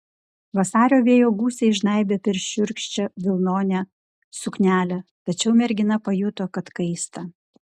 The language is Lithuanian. vasario vėjo gūsiai žnaibė per šiurkščią vilnonę suknelę tačiau mergina pajuto kad kaista